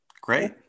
Great